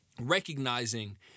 recognizing